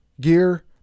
gear